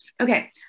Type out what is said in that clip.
Okay